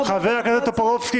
אתה בעד --- חבר הכנסת טופורובסקי,